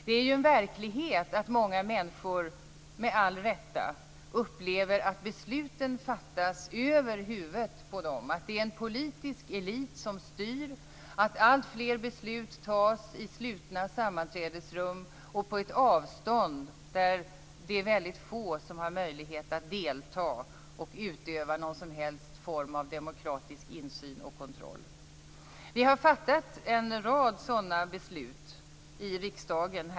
Det är en verklighet att många människor, med all rätta, upplever att besluten fattas över huvudet på dem, att det är en politisk elit som styr, att alltfler beslut fattas i slutna sammanträdesrum och på ett avstånd där det är väldigt få som har möjlighet att delta och utöva någon som helst form av demokratisk insyn och kontroll. Vi har fattat en rad sådana beslut också i riksdagen.